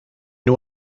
you